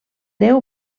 déu